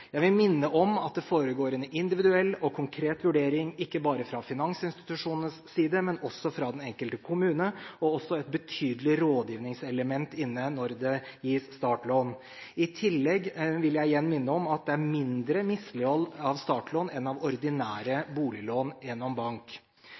Jeg vil minne om at det foregår en individuell og konkret vurdering, ikke bare fra finansinstitusjonenes side, men også fra den enkelte kommune. Også et betydelig rådgivningselement er inne når det gis startlån. I tillegg vil jeg igjen minne om at det er mindre mislighold av startlån enn av ordinære